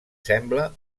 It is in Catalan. sembla